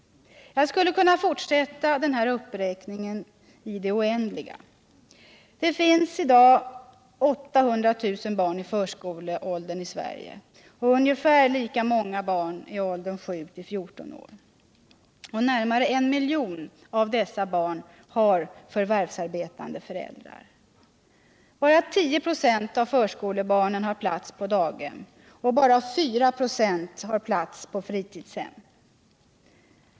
Jag skulle kunna fortsätta den här uppräkningen i det oändliga. Det finns i dag 800 000 barn i förskoleåldern i Sverige och ungefär lika många i åldrarna 7-14 år. Närmare en miljon av dessa barn har förvärvsarbetande föräldrar. Endast 10 96 av förskolebarnen har plats på daghem och bara 4 96 har plats på fritidshem.